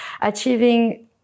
achieving